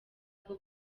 bwo